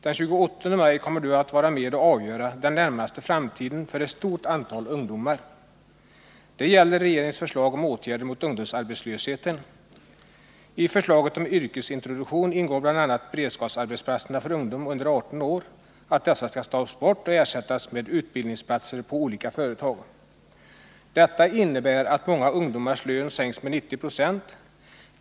Den 28:e maj kommer Du att vara med och avgöra den närmaste framtiden för ett stort antal ungdomar. Det gäller regeringens förslag om åtgärder mot ungdomsarbetslösheten. I förslaget om yrkesintroduktion ingår bl.a. att beredskapsarbetsplatserna för ungdom under 18 år skall tas bort och ersättas med utbildningsplatser på olika företag. Detta innebär att många ungdomars lön sänks med 90 96!